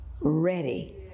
ready